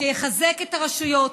שיחזק את הרשויות,